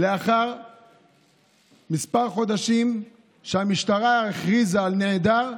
כמה חודשים לאחר שהמשטרה הכריזה על נעדר,